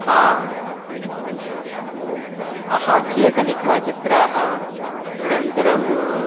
हा हास्यकनिकानि चित्राणि अनन्तरं